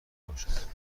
باشد